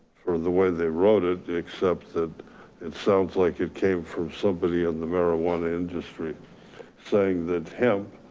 for the way they wrote it except that it sounds like it came from somebody in the marijuana industry saying that, hemp